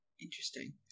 Interesting